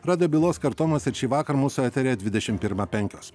radijo bylos kartojimas ir šįvakar mūsų eteryje dvidešim pirmą penkios